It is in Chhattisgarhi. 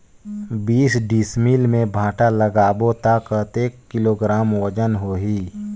बीस डिसमिल मे भांटा लगाबो ता कतेक किलोग्राम वजन होही?